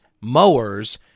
mowers